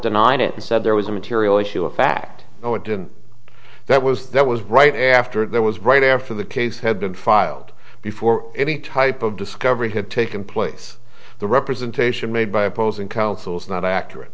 denied it and said there was a material issue of fact that was that was right after there was right after the case had been filed before any type of discovery had taken place the representation made by opposing counsel is not accurate